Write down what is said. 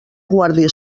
guàrdia